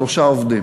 שלושה עובדים.